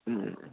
ए